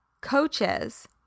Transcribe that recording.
coaches